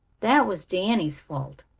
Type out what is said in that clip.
that was danny's fault.